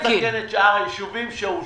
אתה מסכן את שאר היישובים שאושרו.